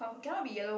but cannot be yellow